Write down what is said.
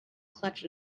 clutch